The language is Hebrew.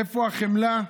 איפה החמלה?